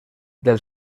del